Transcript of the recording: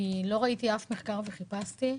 לא ראיתי אף מחקר, וחיפשתי,